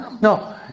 No